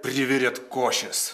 privirėt košės